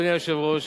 אדוני היושב-ראש,